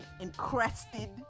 encrusted